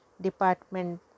Department